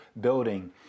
building